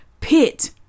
pit